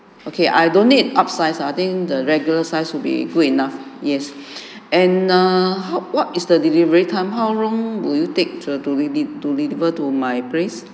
okay I don't need upsize ah I think the regular size will be good enough yes and uh how what is the delivery time how long will you take to deli~ to deliver to my place